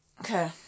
Okay